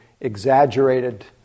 exaggerated